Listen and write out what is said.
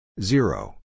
Zero